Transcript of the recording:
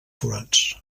forats